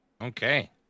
okay